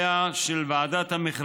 מוצע לקבוע כי תפקידיה של ועדת המכרזים